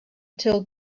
till